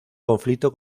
conflicto